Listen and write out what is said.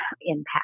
impact